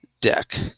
Deck